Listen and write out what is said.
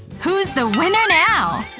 who's the winner now!